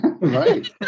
Right